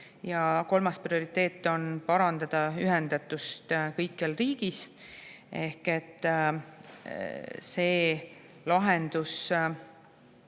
ja kolmas prioriteet on parandada ühendatust kõikjal riigis. Ehk lahendus